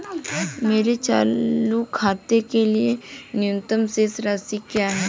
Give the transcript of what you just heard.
मेरे चालू खाते के लिए न्यूनतम शेष राशि क्या है?